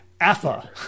AFA